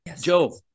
Joe